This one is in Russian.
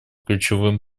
ключевым